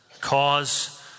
cause